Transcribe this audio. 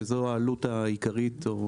שזו העלות העיקרית שנגבית.